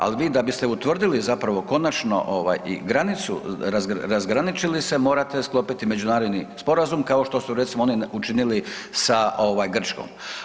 Al vi da biste utvrdili zapravo konačno ovaj i granicu, razgraničili se, morate sklopiti međunarodni sporazum kao što su recimo oni učinili sa ovaj Grčkom.